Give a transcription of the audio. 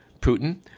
Putin